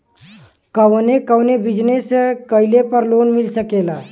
कवने कवने बिजनेस कइले पर लोन मिल सकेला?